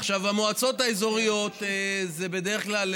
המועצות האזוריות זה בדרך כלל,